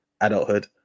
adulthood